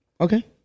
Okay